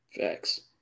facts